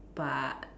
but